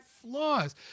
flaws